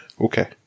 Okay